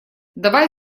давай